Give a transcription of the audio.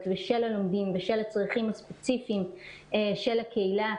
ושל הלומדים ושל הצרכים הספציפיים של הקהילה,